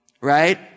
Right